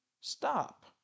Stop